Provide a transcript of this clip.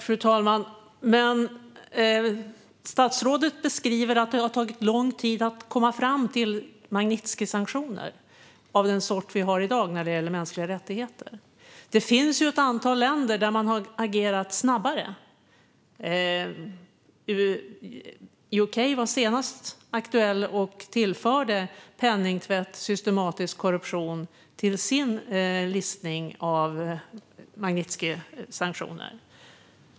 Fru talman! Statsrådet beskriver att det har tagit lång tid att komma fram till Magnitskijsanktioner av den sort vi har i dag när det gäller mänskliga rättigheter. Det finns ju ett antal länder där man har agerat snabbare. UK var senast aktuellt med att tillföra penningtvätt och systematisk korruption till sin listning av Magnitskijsanktioner.